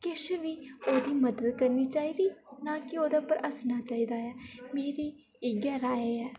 किश बी ओह्दी मदद करनी चाही दी ना कि ओह्दे पर हस्सना चाहिदा मेरी इ'यै राए ऐ